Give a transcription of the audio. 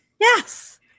Yes